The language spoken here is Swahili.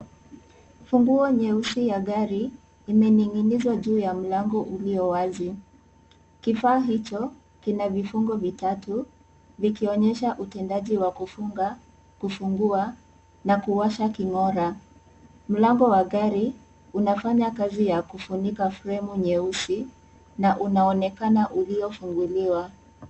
Funguo nyeusi ya gari imenining'iniza juu ya mlango ulio wazi. Kifaa hicho kina vifungo vitatu, vikionyesha utendaji wa kufunga, kufungua na kuwasha king'ora. Mlango wa gari unafanya kazi ya kufunika fremu nyeusi na unaonekana uliofunguliwa.